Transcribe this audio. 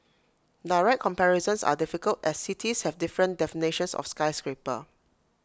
direct comparisons are difficult as cities have different definitions of skyscraper